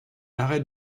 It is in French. arrêt